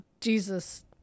Jesus